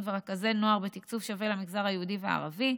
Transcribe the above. ורכזי נוער בתקצוב שווה למגזר היהודי והערבי.